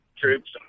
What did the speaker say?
troops